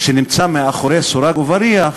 שנמצא מאחורי סורג ובריח,